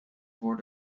voor